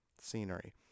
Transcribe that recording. scenery